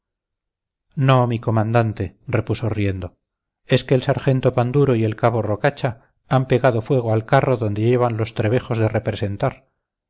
no mi comandante repuso riendo es que el sargento panduro y el cabo rocacha han pegado fuego al carro donde llevan los trebejos de representar